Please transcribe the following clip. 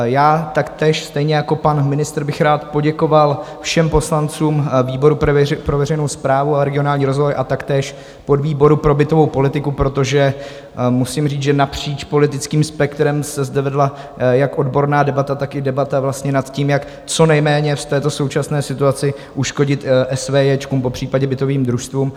Já taktéž, stejně jako pan ministr, bych rád poděkoval všem poslancům výboru pro veřejnou správu a regionální rozvoj a taktéž podvýboru pro bytovou politiku, protože musím říct, že napříč politickým spektrem se zde vedla jak odborná debata, tak i debata vlastně nad tím, jak co nejméně v této současné situaci uškodit SVJ, popřípadě bytovým družstvům.